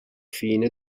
fine